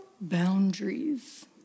boundaries